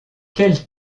quelle